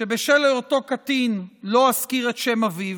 שבשל היותו קטין לא אזכיר את שם אביו,